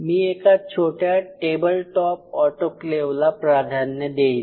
मी एका छोट्या table top ऑटोक्लेवला प्राधान्य देईल